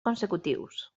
consecutius